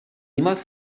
niemals